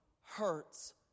hurts